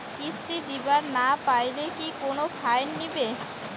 কিস্তি দিবার না পাইলে কি কোনো ফাইন নিবে?